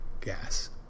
gas